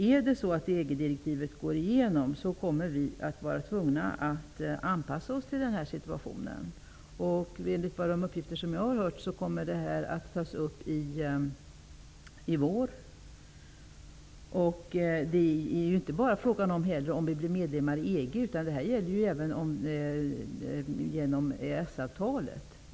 Går EG-direktivet igenom kommer vi att vara tvungna att anpassa oss till den här situationen. Enligt de uppgifter som jag har fått kommer detta att tas upp i vår. Det är inte heller bara en fråga som blir aktuell om vi blir medlemmar i EG, utan detta gäller även genom EES-avtalet.